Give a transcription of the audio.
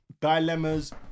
dilemmas